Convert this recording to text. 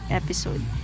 episode